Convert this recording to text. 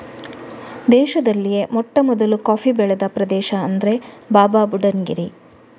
ದೇಶದಲ್ಲಿಯೇ ಮೊಟ್ಟಮೊದಲು ಕಾಫಿ ಬೆಳೆದ ಪ್ರದೇಶ ಅಂದ್ರೆ ಬಾಬಾಬುಡನ್ ಗಿರಿ